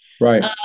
Right